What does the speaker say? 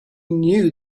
knew